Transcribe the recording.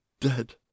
dead